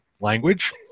language